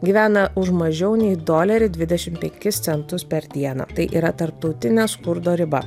gyvena už mažiau nei dolerį dvidešim penkis centus per dieną tai yra tarptautinė skurdo riba